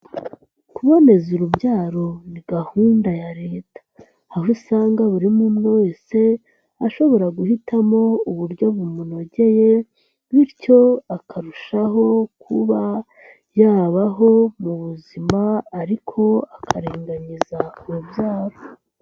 Kuboneza urubyaro ni gahunda ya Leta, aho usanga buri umwe umwe wese ashobora guhitamo uburyo bumunogeye bityo akarushaho kuba yabaho mu buzima ariko akaringanyiza urubyaro.